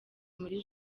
muri